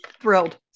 thrilled